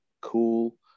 cool